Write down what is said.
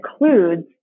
includes